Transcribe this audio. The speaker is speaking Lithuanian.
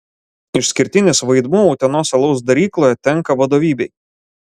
išskirtinis vaidmuo utenos alaus darykloje tenka vadovybei